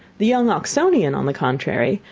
the young oxonian, on the contrary,